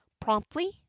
promptly